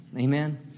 amen